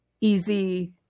easy